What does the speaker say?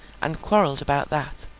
and quarrelled about that.